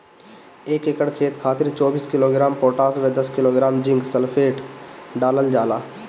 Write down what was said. एक एकड़ खेत खातिर चौबीस किलोग्राम पोटाश व दस किलोग्राम जिंक सल्फेट डालल जाला?